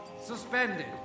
Suspended